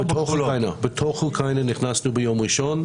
נכנסנו לתוך אוקראינה ביום ראשון.